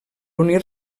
unir